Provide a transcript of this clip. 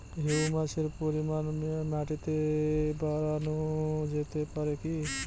হিউমাসের পরিমান মাটিতে বারানো যেতে পারে কি?